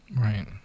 right